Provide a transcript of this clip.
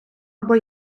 або